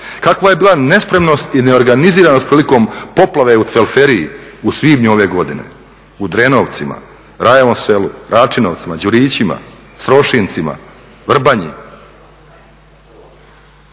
kakva je bila nespremnost i neorganiziranost prilikom poplave u Cvelferiji u svibnju ove godine, u Drenovcima, Rajevom selu, Račinovcima, Đurićima, Srošincima, Vrbanji.